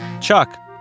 Chuck